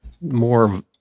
more